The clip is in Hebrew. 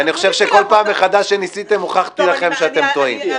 כי אני חושב שכל פעם מחדש כשניסיתם הוכחתי לכם שאתם טועים.